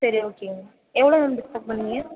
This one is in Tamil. சரி ஓகேங்க எவ்வளோ மேம் டிஸ்கவுண்ட் பண்ணுவீங்க